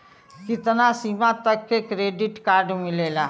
कितना सीमा तक के क्रेडिट कार्ड मिलेला?